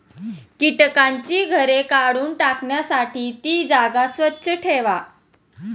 कीटकांची घरे काढून टाकण्यासाठी ती जागा स्वच्छ ठेवा